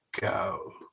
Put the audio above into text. go